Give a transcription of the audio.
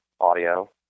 audio